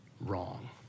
wrong